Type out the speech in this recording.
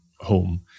home